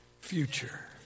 future